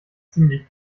ziemlich